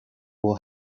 will